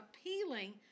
appealing